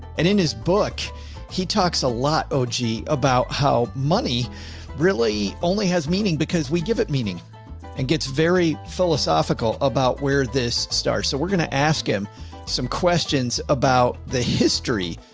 and in his book he talks a lot. oh, g about how money really only has meaning because we give it meaning and gets very philosophical about where this starts. so we're going to ask him some questions about the history.